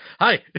Hi